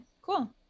cool